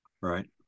Right